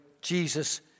Jesus